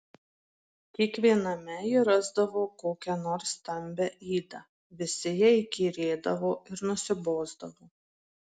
kiekviename ji rasdavo kokią nors stambią ydą visi jai įkyrėdavo ir nusibosdavo